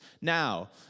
Now